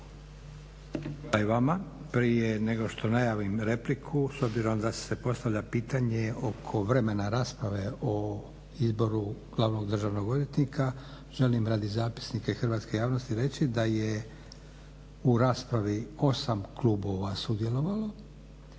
u raspravi 8 klubova sudjelovalo